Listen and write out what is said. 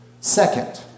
Second